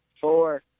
four